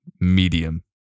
medium